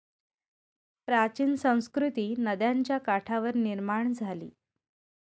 प्राचीन संस्कृती नद्यांच्या काठावर निर्माण झाली